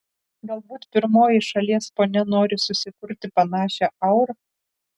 galbūt pirmoji šalies ponia nori susikurti panašią aurą